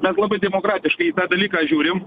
mes labai demokratiškai į tą dalyką žiūrim